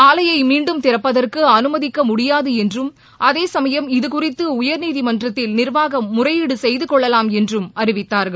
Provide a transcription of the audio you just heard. ஆலைய மீண்டும் திறப்பதற்கு அனுமதிக்க முடியாது என்றும் அதேசமயம் இது குறித்து உயர்நீதிமன்றத்தில் நிர்வாகம் முறையீடு செய்துகொள்ளலாம் என்றும் அறிவித்தார்கள்